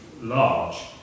large